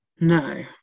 No